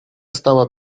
stała